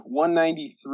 193